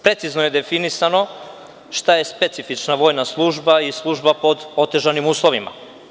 Precizno je definisano šta je specifična vojna služba i vojna služba pod otežanim uslovima.